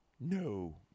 No